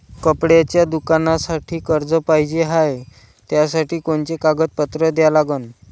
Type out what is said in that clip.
कपड्याच्या दुकानासाठी कर्ज पाहिजे हाय, त्यासाठी कोनचे कागदपत्र द्या लागन?